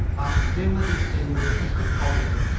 i can dimly distinguish mr. fogerty,